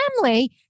family